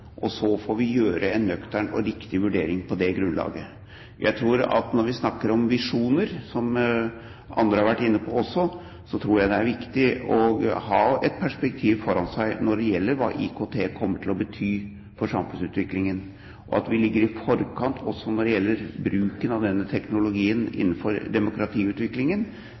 og så får vi gjøre en nøktern og riktig vurdering på det grunnlaget. Når vi snakker om visjoner, som andre har vært inne på også, tror jeg det er viktig å ha et perspektiv foran seg med tanke på hva IKT kommer til å bety for samfunnsutviklingen. Og at vi skal ligge i forkant når det gjelder bruken av denne teknologien innenfor demokratiutviklingen,